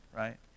right